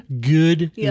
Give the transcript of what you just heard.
Good